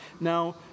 Now